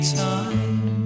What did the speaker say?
time